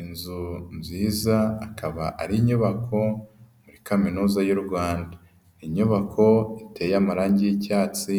Inzu nziza ikaba ari inyubako muri kaminuza y'u rwanda, inyubako iteye amarangi y'icyatsi